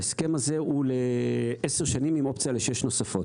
ההסכם הזה הוא לעשר שנים עם אופציה לשש נוספות.